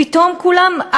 פתאום כולם,